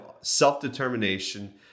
self-determination